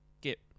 get